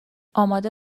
آماده